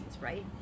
right